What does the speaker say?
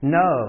no